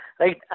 Right